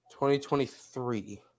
2023